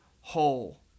whole